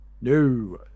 No